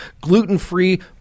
gluten-free